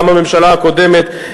גם הממשלה הקודמת,